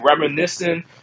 reminiscing